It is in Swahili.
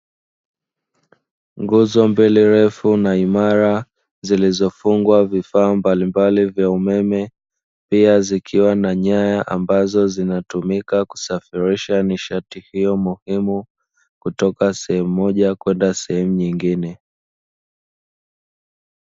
Nguzo mbili refu na imara zilizofungwa vifaa mbalimbali vya umeme, pia zikiwa na nyaya ambazo zinatumika kusafirisha nishati hiyo muhimu, kutoka sehemu moja kwenda sehemu nyingine.